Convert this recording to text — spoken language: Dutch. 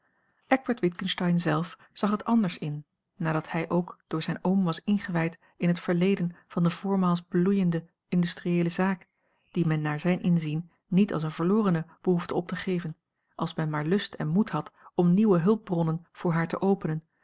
eckbert witgensteyn zelf zag het anders in nadat hij ook door zijn oom was ingewijd in het verleden van de voormaals bloeiende industrieele zaak die men naar zijn inzien niet als eene verlorene behoefde op te geven als men maar lust en moed had om nieuwe hulpbronnen voor haar te openen